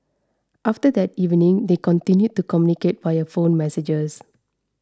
after that evening they continued to communicate via phone messages